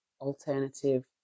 alternative